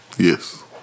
Yes